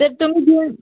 तर तुम्ही जे